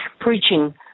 preaching